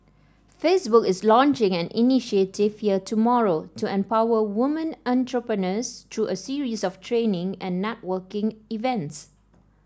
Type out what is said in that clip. Facebook is launching an initiative here tomorrow to empower women entrepreneurs through a series of training and networking events